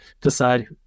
decide